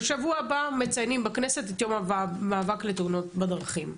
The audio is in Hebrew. בשבוע הבא מציינים בכנסת את יום המאבק בתאונות הדרכים.